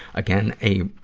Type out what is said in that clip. again, a